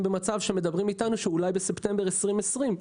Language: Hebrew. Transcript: במצב שמדברים איתנו שאולי בספטמבר 2022,